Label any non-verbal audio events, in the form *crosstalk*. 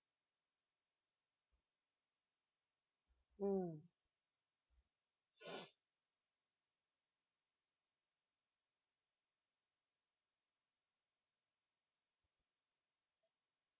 mm *breath*